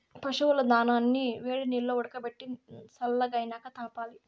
పశువుల దానాని వేడినీల్లో ఉడకబెట్టి సల్లగైనాక తాపాలి